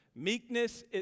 Meekness